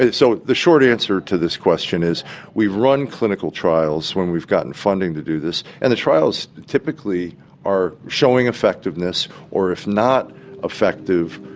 so the short answer to this question is we've run clinical trials when we've gotten funding to do this, and the trials typically are showing effectiveness or, if not effective,